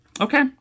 Okay